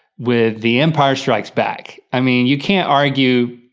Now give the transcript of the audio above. with the empire strikes back. i mean you can't argue,